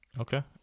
Okay